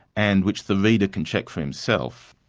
and which the reader can check for himself.